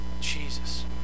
Jesus